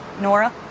Nora